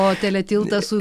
o teletiltas su